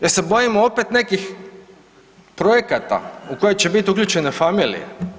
Jel se bojimo opet nekih projekata u koje će biti uključene familije?